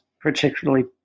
particularly